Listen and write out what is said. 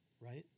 right